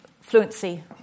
fluency